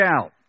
out